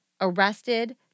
arrested